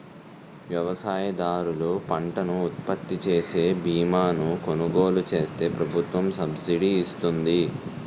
వ్యవసాయదారులు పంటను ఉత్పత్తిచేసే బీమాను కొలుగోలు చేస్తే ప్రభుత్వం సబ్సిడీ ఇస్తుంది